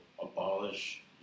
abolish